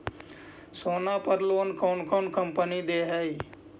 सोना पर लोन कौन कौन कंपनी दे है?